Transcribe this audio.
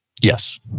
Yes